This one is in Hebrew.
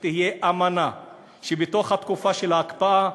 שתהיה אמנה שבתוך התקופה של ההקפאה,